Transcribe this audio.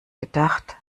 gedacht